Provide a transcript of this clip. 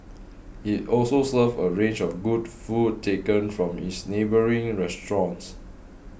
it also serves a range of good food taken from its neighbouring restaurants